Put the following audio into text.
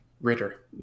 Ritter